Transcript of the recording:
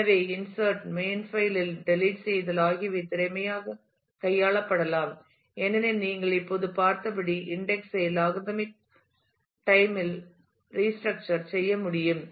எனவே insert main file இல் delete செய்தல் ஆகியவை திறமையாகக் கையாளப்படலாம் ஏனெனில் நீங்கள் இப்போது பார்த்தபடி இன்டெக்ஸ் ஐ லாகிர்தமிக் டைம் இல் ரீஸ்ட்ரக்சர் செய்ய முடியும்